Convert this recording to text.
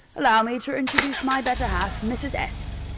allow me to introduce my better half, mrs. s.